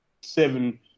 Seven